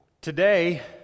today